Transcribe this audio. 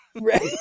right